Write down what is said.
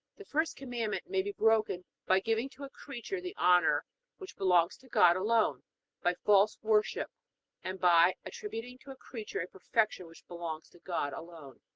the first commandment may be broken by giving to a creature the honor which belongs to god alone by false worship and by attributing to a creature a perfection which belongs to god alone.